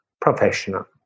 professional